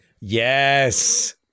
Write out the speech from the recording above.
Yes